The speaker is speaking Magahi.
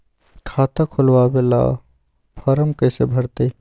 खाता खोलबाबे ला फरम कैसे भरतई?